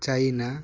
China